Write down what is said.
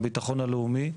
הביטחון הלאומי,